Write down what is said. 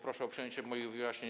Proszę o przyjęcie moich wyjaśnień.